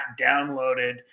downloaded